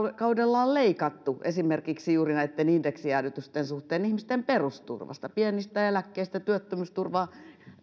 kaudella on leikattu esimerkiksi juuri näitten indeksijäädytysten suhteen ihmisten perusturvasta pienistä eläkkeistä työttömyysturvaa